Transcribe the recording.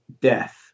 death